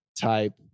type